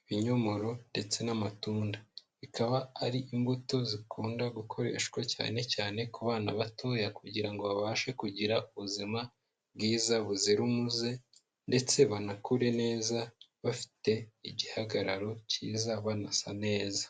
ibinyomoro ndetse n'amatunda, bikaba ari imbuto zikunda gukoreshwa cyane cyane ku bana batoya kugira ngo babashe kugira ubuzima bwiza buzira umuze ndetse banakure neza bafite igihagararo cyiza, banasa neza.